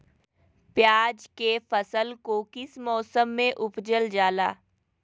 प्याज के फसल को किस मौसम में उपजल जाला?